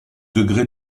degré